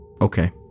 okay